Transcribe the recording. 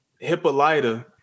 Hippolyta